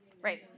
right